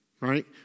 Right